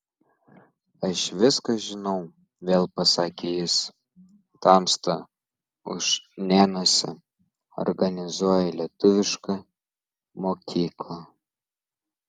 aš viską žinau vėl pasakė jis tamsta ušnėnuose organizuoji lietuvišką mokyklą